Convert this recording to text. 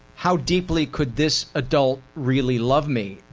how deeply could this adult really love me?